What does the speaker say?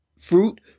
fruit